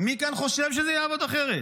מי כאן חושב שזה יעבוד אחרת?